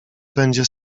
będzie